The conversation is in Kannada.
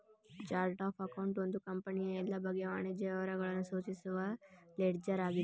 ಚರ್ಟ್ ಅಫ್ ಅಕೌಂಟ್ ಒಂದು ಕಂಪನಿಯ ಎಲ್ಲ ಬಗೆಯ ವಾಣಿಜ್ಯ ವ್ಯವಹಾರಗಳು ಸೂಚಿಸುವ ಲೆಡ್ಜರ್ ಆಗಿದೆ